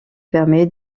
permet